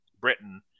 britain